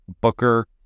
booker